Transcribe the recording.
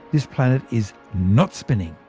this planet is not spinning.